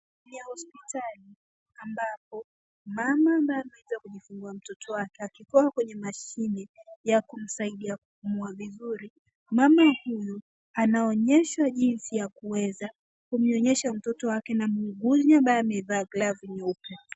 Ni hospitali ambapo mama ambaye ameweza kuja kujifungua mtoto wake akikuwa kwenye mashine ya kumsaidia kupumua vizuri. Mama huyu anaonyeshwa jinsi ya kuweza kumnyonyesha mtoto wake na muuguzi ambaye amevaa glavu nyeupe.